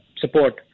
support